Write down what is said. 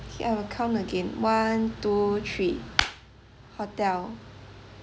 K I will count again one two three hotel